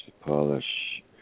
polish